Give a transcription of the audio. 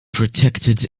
protected